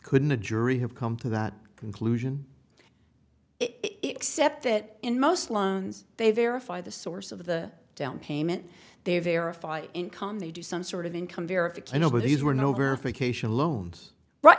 couldn't the jury have come to that conclusion it except that in most loans they verify the source of the down payment they verify income they do some sort of income verification over these were no verification loans